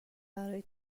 برای